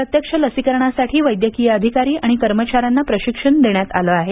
प्रत्यक्ष लसीकरणासाठी वैद्यकीय अधिकारी आणि कर्मचा यांना प्रशिक्षण देण्यात आलं आहे